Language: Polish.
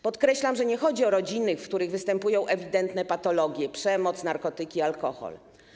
Podkreślam, że nie chodzi o rodziny, w których występują ewidentne patologie, czyli przemoc, narkotyki, alkohol.